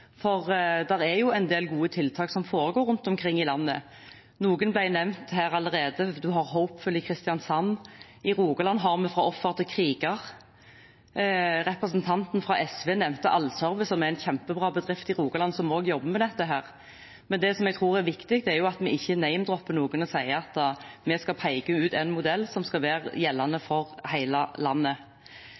for det er en del gode tiltak som foregår rundt omkring i landet. Noen ble nevnt her allerede. Man har Hopeful i Kristiansand, i Rogaland har vi Fra offer til kriger, og representanten fra SV nevnte Allservice, som er en kjempebra bedrift i Rogaland som også jobber med dette her. Det jeg tror er viktig, er at vi ikke «namedropper» noen og sier at vi skal peke ut én modell som skal være gjeldende for hele landet.